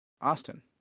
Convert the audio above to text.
Austin